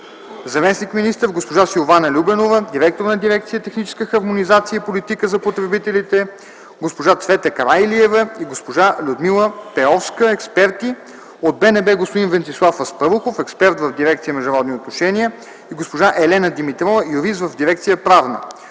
заместник-министър, госпожа Силвана Любенова – директор на дирекция „Техническа хармонизация и политика за потребителите”, госпожа Цвета Караилиева и госпожа Людмила Пеовска – експерти; от БНБ: господин Венцислав Аспарухов – експерт в дирекция „Международни отношения”, и госпожа Елена Димитрова – юрист в дирекция „Правна”;